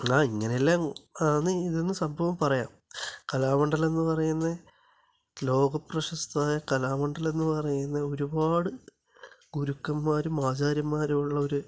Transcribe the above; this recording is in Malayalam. എന്നാൽ ഇങ്ങനെ അല്ലേ ആണ് ഇതെന്ന് സംഭവം പറയാം കലാമണ്ഡലം എന്ന് പറയുന്നത് ലോകപ്രശസ്തമായ കലാമണ്ഡലം എന്ന് പറയുന്നത് ഒരുപാട് ഗുരുക്കന്മാരും ആചാര്യന്മാരും ഉള്ള ഒരു